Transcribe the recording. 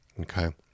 Okay